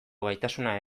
gaitasuna